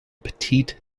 petite